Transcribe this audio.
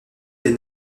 des